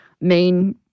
main